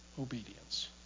obedience